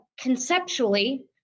Conceptually